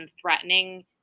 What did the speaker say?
threatening